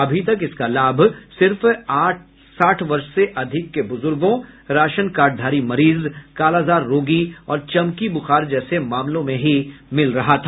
अभी तक इसका लाभ सिर्फ साठ वर्ष से अधिक के बुजुर्गों राशन कार्डधारी मरीज कालाजार रोगी और चमकी बुखार जैसे मामलों में ही मिल रहा था